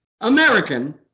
American